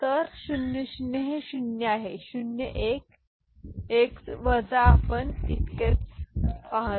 तर 0 0 हे 0 आहे 0 1 x वजा आपण इतकेच बोलत आहात